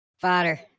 Father